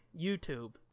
YouTube